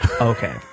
Okay